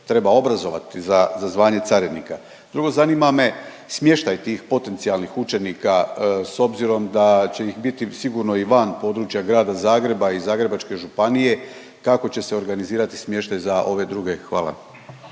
treba obrazovati za zvanje carinika. Drugo, zanima me smještaj tih potencijalnih učenika, s obzirom da će ih biti sigurno i van područja grada Zagreba i Zagrebačke županije, kako će se organizirati smještaj za ove druge? Hvala.